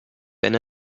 wenn